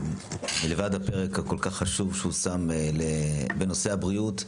שמלבד הפרק הכול כך חשוב שהוא שם בנושא הבריאות,